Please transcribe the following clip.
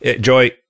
Joy